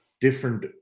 different